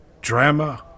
drama